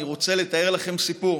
אני רוצה לתאר לכם סיפור